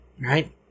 right